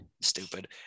Stupid